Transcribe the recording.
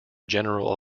general